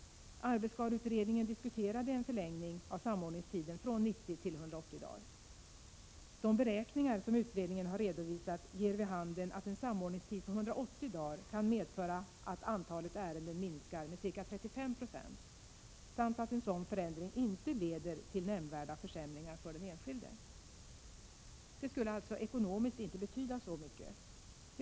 Arbetsskadeutredningen diskuterade en förlängning av samordningstiden från 90 till 180 dagar. De beräkningar som utredningen har redovisat ger vid handen att en samordningstid på 180 dagar kan medföra att antalet ärenden minskar med ca 35 96 samt att en sådan förändring inte leder till nämnvärda försämringar för den enskilde. Det skulle alltså ekonomiskt inte betyda särskilt mycket om en sådan förändring görs.